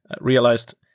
realized